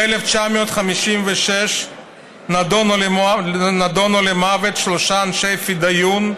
ב-1956 נדונו למוות שלושה אנשי פדאיון,